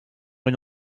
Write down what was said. une